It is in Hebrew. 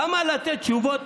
למה לתת תשובות,